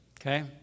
okay